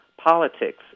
politics